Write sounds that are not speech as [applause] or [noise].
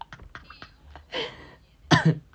[laughs] [coughs]